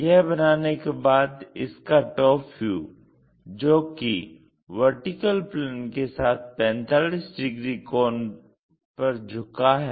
यह बनाने के बाद इसका टॉप व्यू जो कि VP के साथ 45 डिग्री कोण पर झुका है